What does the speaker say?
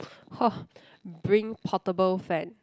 !ho! bring portable fan